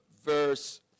verse